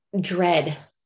dread